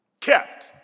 Kept